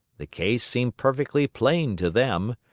the case seemed perfectly plain to them.